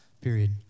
period